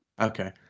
okay